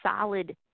solid